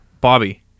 Bobby